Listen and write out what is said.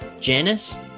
janice